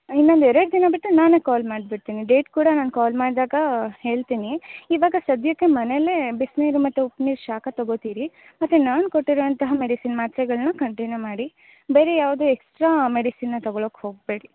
ಇನ್ನೊಂದು ಎರಡು ದಿನ ಬಿಟ್ಟು ನಾನೇ ಕಾಲ್ ಮಾಡಿ ಬಿಡ್ತೀನಿ ಡೇಟ್ ಕೂಡ ನಾನು ಕಾಲ್ ಮಾಡಿದಾಗ ಹೇಳ್ತೀನಿ ಇವಾಗ ಸದ್ಯಕ್ಕೆ ಮನೆಯಲ್ಲೇ ಬಿಸಿನೀರು ಮತ್ತು ಉಪ್ಪು ನೀರು ಶಾಖ ತೊಗೋತಿರಿ ಮತ್ತು ನಾನು ಕೊಟ್ಟಿರುವಂತಹ ಮೆಡಿಸಿನ್ ಮಾತ್ರೆಗಳನ್ನ ಕಂಟಿನ್ಯೂ ಮಾಡಿ ಬೇರೆ ಯಾವುದೇ ಎಕ್ಸ್ಟ್ರಾ ಮೆಡಿಸಿನ್ನಾ ತಗೊಳಕ್ಕೆ ಹೋಗಬೇಡಿ